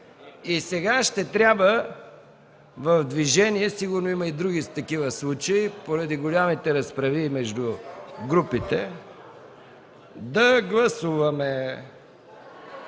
Сега ще трябва в движение, сигурно има и други такива случаи, поради големите разправии между групите, да гласуваме.